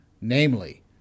namely